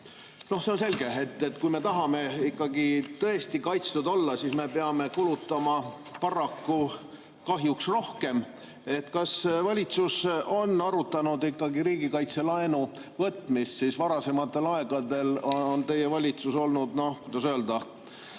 See on selge, et kui me tahame ikkagi tõesti kaitstud olla, siis me peame paraku kahjuks rohkem kulutama. Kas valitsus on arutanud ikkagi riigikaitselaenu võtmist? Varasematel aegadel on teie valitsus olnud, noh, kuidas öelda,